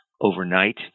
overnight